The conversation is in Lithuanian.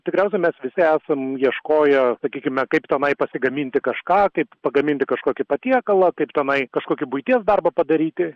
tikriausia mes visi esam ieškoję sakykime kaip tenai pasigaminti kažką kaip pagaminti kažkokį patiekalą kaip tenai kažkokį buities darbą padaryti